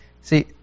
See